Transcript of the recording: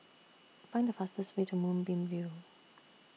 Find The fastest Way to Moonbeam View